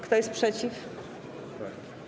Kto jest przeciw?